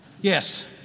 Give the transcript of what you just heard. Yes